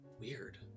weird